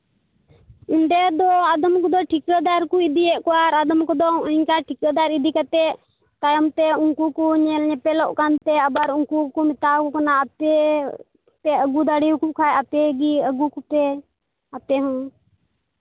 ᱚᱸᱰᱮ ᱫᱚ ᱟᱫᱚᱢ ᱠᱚᱫᱚ ᱴᱷᱤᱠᱟᱹᱫᱟᱨ ᱠᱚ ᱤᱫᱤᱭᱮᱫ ᱠᱚᱣᱟ ᱟᱫᱚᱢ ᱠᱚᱫᱚ ᱚᱱᱠᱟ ᱴᱷᱤᱠᱟᱹᱫᱟᱨ ᱤᱫᱤ ᱠᱟᱛᱮᱫ ᱛᱟᱭᱚᱢ ᱛᱮ ᱩᱱᱠᱩ ᱧᱮᱞ ᱧᱮᱯᱮᱞᱚᱜ ᱠᱟᱱᱛᱮ ᱟᱵᱟᱨ ᱩᱱᱠᱩ ᱠᱚ ᱢᱮᱛᱟᱣ ᱠᱚ ᱠᱟᱱᱟ ᱟᱯᱮ ᱯᱮ ᱟᱹᱜᱩ ᱫᱟᱲᱮᱭᱟᱠᱚ ᱠᱷᱟᱱ ᱟᱯᱮᱜᱮ ᱟᱹᱜᱩ ᱠᱚᱯᱮ ᱟᱯᱮ ᱦᱚᱸ